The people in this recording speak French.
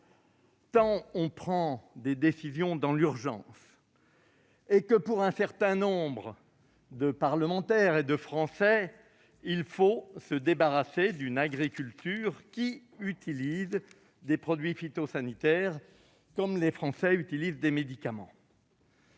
nous prenons ces décisions dans l'urgence ... Tout à fait !... et que, pour un certain nombre de parlementaires et de nos concitoyens, il faut se débarrasser d'une agriculture qui utilise des produits phytosanitaires comme les Français utilisent des médicaments.